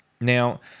Now